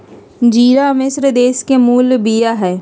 ज़िरा मिश्र देश के मूल बिया हइ